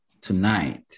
Tonight